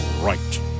right